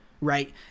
right